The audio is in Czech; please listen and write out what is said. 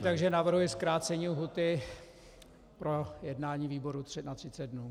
Takže navrhuji zkrácení lhůty pro jednání výboru na 30 dnů.